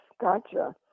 gotcha